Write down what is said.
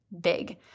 big